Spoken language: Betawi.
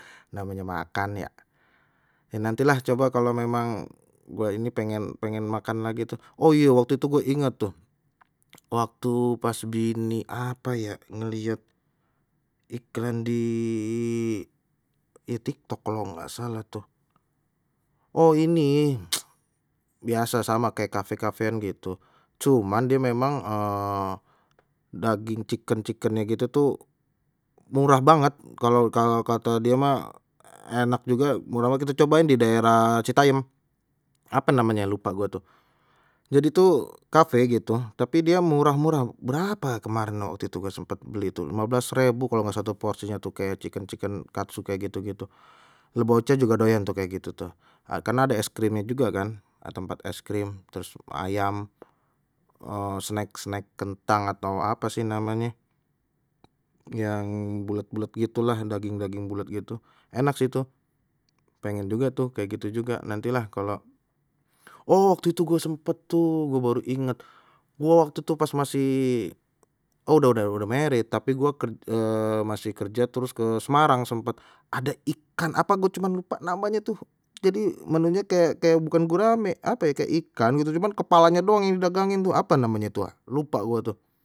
Namanya makan ya, ya nantilah coba kalau memang gua ini pengen pengen makan lagi tuh, oh iya waktu itu gue inget tuh waktu pas bini apa ya ngeliat iklan di tiktok kalau nggak salah tuh, oh ini biasa sama kayak cafe cafean gitu cuman dia memang daging chicken chickennye gitu tuh murah banget, kalau kalau kata dia mah enak juga walaupun kita cobain di daerah citayam, apa namanya lupa gua tuh jadi tuh cafe gitu tapi dia murah murah berapa kemarin waktu itu gue sempet beli tu lima belas rebu kalau nggak satu porsinya tuh kayak chicken chicken katsu kayak gitu gitu, lha bocah juga doyan tuh kayak gitu tuh kan ada es krimnya juga kan ada tempat es krim, terus ayam, uh snack snack kentang atau apa sih namanya yang bulet bulet gitu lah daging daging bulet gitu enak situ pengen juga tuh kayak gitu juga nantilah kalau, oh waktu itu gua sempet tuh gua baru ingat, gua waktu tu pas masih oh udah udah udah married tapi gua masih kerja terus ke semarang sempet ada ikan apa gue cuman lupa namanya tuh jadi menunye kayak kayak bukan gurame apa ye kayak ikan gitu, cuman kepalanya doang yang didagangin apa namanya tu ya lupa gua tuh.